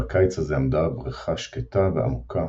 בקיץ הזה עמדה הברכה שקטה ועמקה,